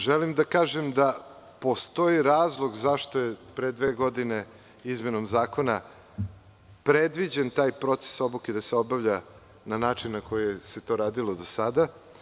Želim da kažem da postoji razlog zašto je pre dve godine izmenom Zakona predviđeno da se taj proces obuke obavlja na način na koji se to radilo do sada.